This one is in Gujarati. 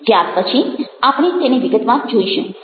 ત્યાર પછી આપણે તેને વિગતવાર જોઈશું